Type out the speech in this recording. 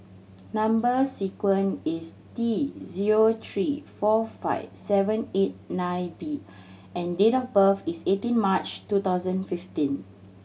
number sequence is T zero three four five seven eight nine B and date of birth is eighteen March two thousand fifteen